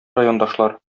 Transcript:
райондашлар